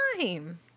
time